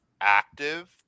active